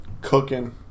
Cooking